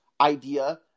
idea